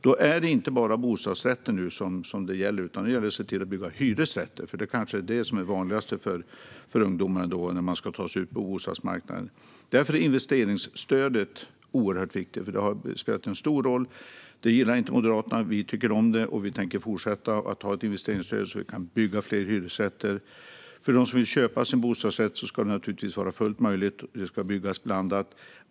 Det är inte bara bostadsrätter som det gäller, utan nu gäller det att bygga hyresrätter, för det är kanske det vanligaste för ungdomar som ska ta sig ut på bostadsmarknaden. Därför är investeringsstödet oerhört viktigt, och det har spelat en stor roll. Moderaterna gillar det inte, men vi tycker om det, och vi tänker fortsätta att ha ett investeringsstöd så att vi kan bygga fler hyresrätter. För dem som vill köpa sin bostadsrätt ska det naturligtvis vara fullt möjligt. Det ska byggas blandat.